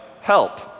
help